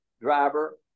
driver